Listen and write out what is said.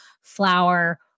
flour